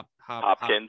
Hopkins